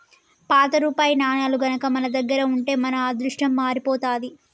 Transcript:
పాత రూపాయి నాణేలు గనక మన దగ్గర ఉంటే మన అదృష్టం మారిపోతాది